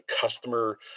customer